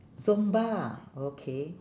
zumba ah okay